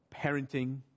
parenting